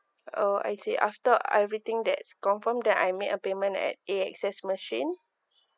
oh I see after everything that's confirm then I make a payment at A_X_S machine